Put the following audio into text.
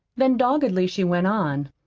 then doggedly she went on.